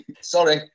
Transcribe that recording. Sorry